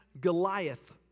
Goliath